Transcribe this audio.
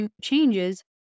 changes